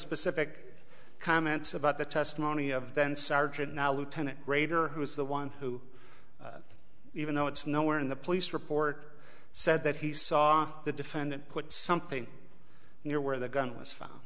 specific comments about the testimony of then sergeant now lieutenant grader who is the one who even though it's nowhere in the police report said that he saw the defendant put something near where the gun was f